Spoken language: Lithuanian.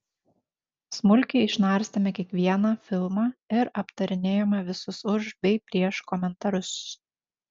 smulkiai išnarstėme kiekvieną filmą ir aptarinėjome visus už bei prieš komentarus